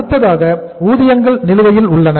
அடுத்ததாக ஊதியங்கள் நிலுவையில் உள்ளன